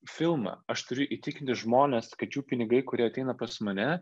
filmą aš turiu įtikinti žmones kad jų pinigai kurie ateina pas mane